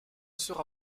sera